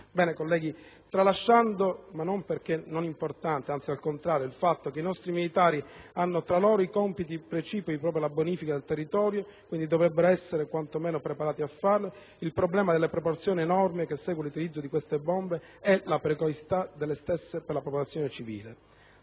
Bene, colleghi! Tralasciando (ma non perché non importante, anzi al contrario) il fatto che i nostri militari hanno tra i loro compiti precipui proprio la bonifica del territorio (quindi dovrebbero essere quanto meno preparati a farlo), il problema dalle proporzioni enormi che comporta l'utilizzo di queste bombe è la pericolosità delle stesse per la popolazione civile.